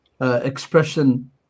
expression